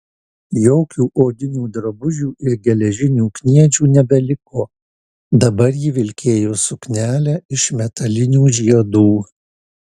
jokių odinių drabužių ir geležinių kniedžių nebeliko dabar ji vilkėjo suknelę iš metalinių žiedų